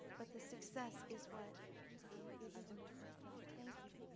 but the success is what is even more heartfelt, thank you.